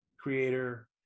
creator